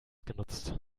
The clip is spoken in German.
genutzt